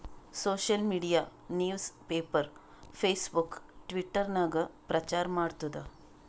social media news paper, Facebook, Twitter ನಾಗ್ ಪ್ರಚಾರ್ ಮಾಡ್ತುದ್